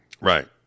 Right